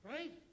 Right